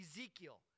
Ezekiel